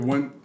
One